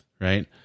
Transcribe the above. Right